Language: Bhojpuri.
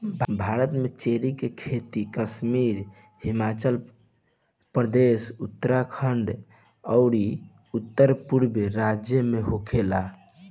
भारत में चेरी के खेती कश्मीर, हिमाचल प्रदेश, उत्तरखंड अउरी उत्तरपूरब राज्य में होखेला